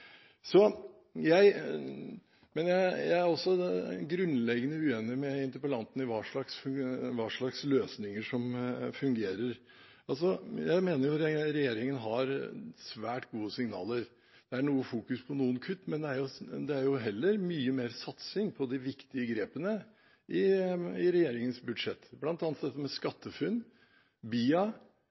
Jeg er også grunnleggende uenig med interpellanten i hva slags løsninger som fungerer. Jeg mener regjeringen sender ut svært gode signaler. Det er noe fokus på noen kutt, men det er heller mye mer satsing på de viktige grepene i regjeringens budsjett, bl.a. dette med SkatteFUNN og BIA,